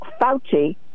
Fauci